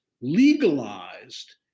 legalized